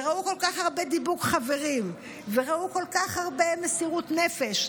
וראו כל כך הרבה דיבוק חברים וראו כל כך הרבה מסירות נפש,